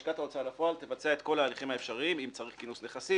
לשכת ההוצאה לפועל תבצע את כל ההליכים האפשריים אם צריך כינוס נכסים,